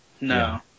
No